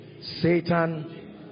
satan